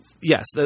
Yes